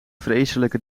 vreselijke